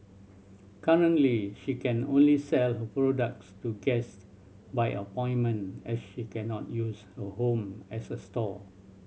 currently she can only sell her products to guest by appointment as she cannot use her home as a store